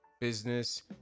business